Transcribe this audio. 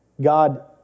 God